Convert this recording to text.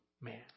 man